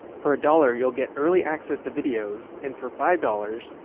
for a dollar, you'll get early access to videos and for five dollars,